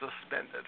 suspended